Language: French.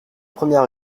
première